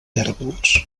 tèrbols